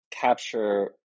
capture